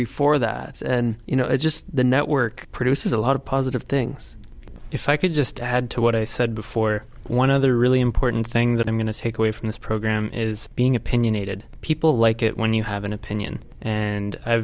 before that and you know just the network produces a lot of positive things if i could just add to what i said before one other really important thing that i'm going to take away from this program is being opinionated people like it when you have an opinion and i